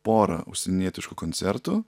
porą užsienietiškų koncertų